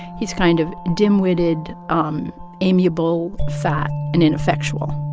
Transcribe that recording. he's kind of dimwitted, um amiable, fat and ineffectual.